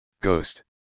ghost